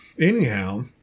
Anyhow